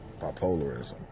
bipolarism